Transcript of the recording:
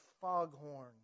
foghorn